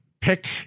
pick